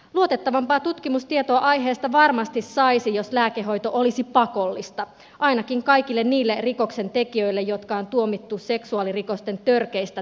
luotettavampaa tutkimustietoa aiheesta varmasti saisi jos lääkehoito olisi pakollista ainakin kaikille niille rikoksentekijöille jotka on tuomittu seksuaalirikosten törkeistä tekomuodoista